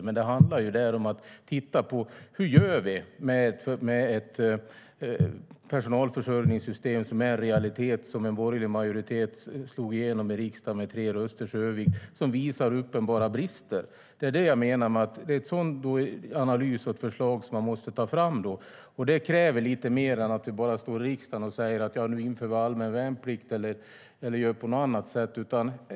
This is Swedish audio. Men det handlar om att titta på hur vi gör med ett personalförsörjningssystem som är en realitet, som en borgerlig majoritet röstade igenom i riksdagen med tre rösters övervikt och som visar uppenbara brister. Då menar jag att man måste ta fram en analys och ett förslag. Det kräver lite mer än att vi bara står i riksdagen och säger att vi ska införa allmän värnplikt eller göra på något annat sätt.